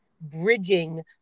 bridging